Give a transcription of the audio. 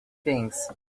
things